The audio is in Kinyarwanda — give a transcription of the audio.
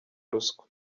ruswa